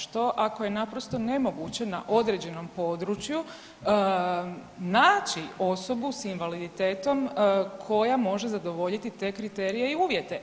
Što ako je naprosto nemoguće da određenom području naći osobu s invaliditetom koja može zadovoljiti te kriterije i uvjete?